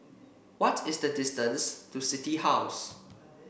what is the distance to City House